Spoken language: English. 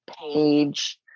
page